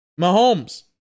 Mahomes